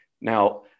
Now